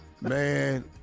Man